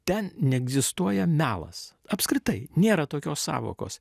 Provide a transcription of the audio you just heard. ten neegzistuoja melas apskritai nėra tokios sąvokos